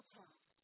time